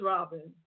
Robin